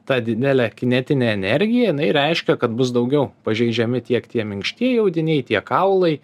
ta didelė kinetinė energija jinai reiškia kad bus daugiau pažeidžiami tiek tie minkštieji audiniai tiek kaulai